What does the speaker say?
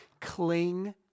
cling